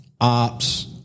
Ops